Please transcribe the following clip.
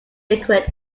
liquid